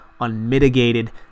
unmitigated